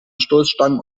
stoßstangen